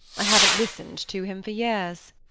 i haven't listened to him for years.